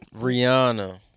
Rihanna